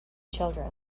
children